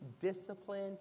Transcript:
discipline